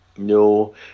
No